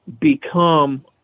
become